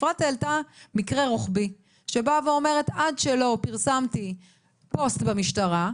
אפרת העלתה מקרה רוחבי שבאה ואומרת עד שלא פרסמתי פוסט במשטרה,